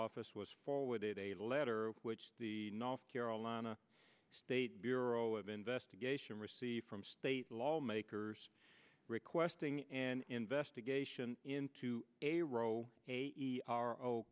office was forwarded a letter which the north carolina state bureau of investigation received from state lawmakers requesting an investigation into a row